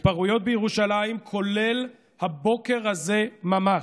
ההתפרעויות בירושלים, כולל הבוקר הזה ממש,